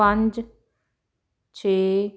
ਪੰਜ ਛੇ